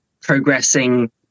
progressing